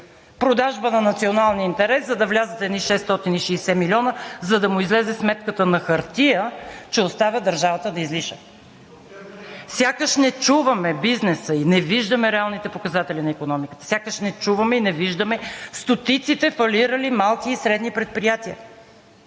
Продажба на националния интерес, за да влязат едни 660 милиона, за да му излезе сметката на хартия, че оставя държавата на излишък. Сякаш не чуваме бизнеса и не виждаме реалните показатели на икономиката! Сякаш не чуваме и не виждаме стотиците фалирали малки и средни предприятия,